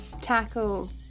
tackle